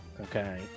Okay